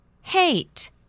Hate